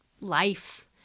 life